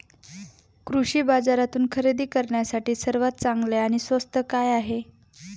कृषी बाजारातून खरेदी करण्यासाठी सर्वात चांगले आणि स्वस्त काय आहे?